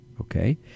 okay